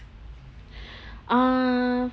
uh